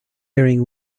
airing